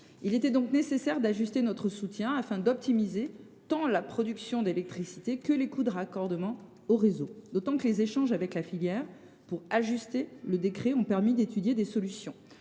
Il était donc nécessaire d’ajuster notre soutien afin d’optimiser tant la production d’électricité que les coûts de raccordement au réseau. Les échanges pour ajuster le décret ont permis d’étudier des solutions.